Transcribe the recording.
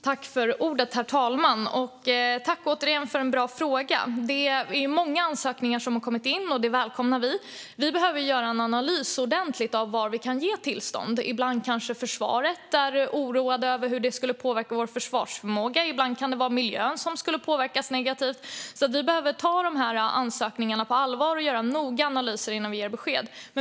Herr talman! Tack, ledamoten, för ännu en bra fråga! Många ansökningar har kommit in, och det välkomnar vi. Vi behöver göra en ordentlig analys av var vi kan ge tillstånd. Ibland kanske försvaret är oroade över hur en havsvindkraftspark skulle påverka landets försvarsförmåga. Ibland kan det vara miljön som skulle påverkas negativt. Vi behöver ta ansökningarna på allvar och göra noggranna analyser innan vi ger besked.